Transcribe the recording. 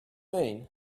mean